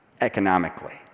economically